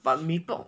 but mee pok